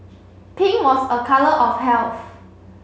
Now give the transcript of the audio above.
pink was a colour of health